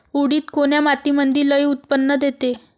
उडीद कोन्या मातीमंदी लई उत्पन्न देते?